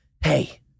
hey